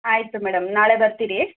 ಆಯಿತು ಮೇಡಮ್ ನಾಳೆ ಬರ್ತೀವಿ